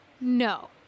No